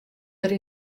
der